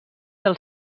del